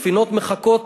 ספינות מחכות